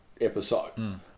episode